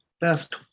best